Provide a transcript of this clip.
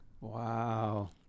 Wow